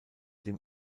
dem